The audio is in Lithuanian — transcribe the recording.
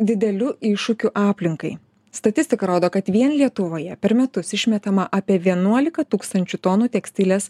dideliu iššūkiu aplinkai statistika rodo kad vien lietuvoje per metus išmetama apie vienuolika tūkstančių tonų tekstilės